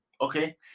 okay